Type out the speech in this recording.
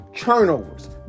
Turnovers